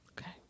Okay